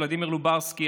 ולדימיר לוברסקי,